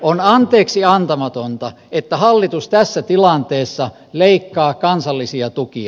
on anteeksiantamatonta että hallitus tässä tilanteessa leikkaa kansallisia tukia